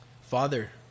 Father